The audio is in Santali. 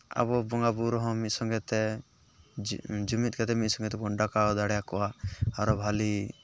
ᱟᱵᱚ ᱵᱚᱸᱜᱟ ᱵᱩᱨᱩ ᱨᱮᱦᱚᱸ ᱢᱤᱫ ᱥᱚᱸᱜᱮ ᱛᱮ ᱡᱩᱢᱤᱫ ᱠᱟᱛᱮ ᱢᱤᱫ ᱥᱚᱸᱜᱮ ᱛᱮᱵᱚᱱ ᱰᱟᱠᱟᱣ ᱫᱟᱲᱮᱣᱟᱠᱚᱣᱟ ᱟᱨ ᱵᱷᱟᱹᱞᱤ